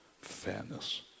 fairness